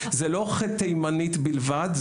זה לא ח' תימנים בלבד,